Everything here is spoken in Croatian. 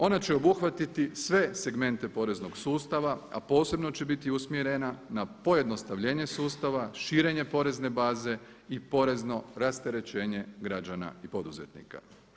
Ona će obuhvatiti sve segmente poreznog sustava, a posebno će biti usmjerena na pojednostavljenje sustava, širenje porezne baze i porezno rasterećenje građana i poduzetnika.